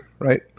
Right